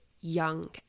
young